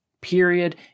Period